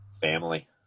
Family